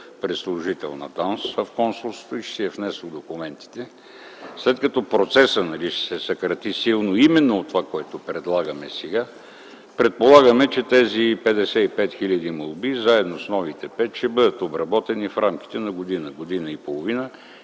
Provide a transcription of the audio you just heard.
при служител на ДАНС в консулството и ще си е внесло документите, след като процесът се съкращава силно именно от това, което предлагаме сега, то предполагаме, че тези 55 хиляди молби заедно с новите 5 хиляди ще бъдат обработени в рамките на година-година и половина